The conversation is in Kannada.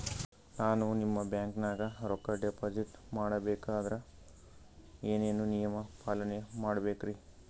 ನಾನು ನಿಮ್ಮ ಬ್ಯಾಂಕನಾಗ ರೊಕ್ಕಾ ಡಿಪಾಜಿಟ್ ಮಾಡ ಬೇಕಂದ್ರ ಏನೇನು ನಿಯಮ ಪಾಲನೇ ಮಾಡ್ಬೇಕ್ರಿ?